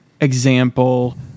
example